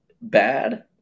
Bad